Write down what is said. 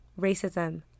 racism